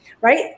right